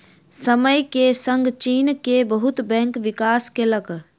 समय के संग चीन के बहुत बैंक विकास केलक